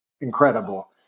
incredible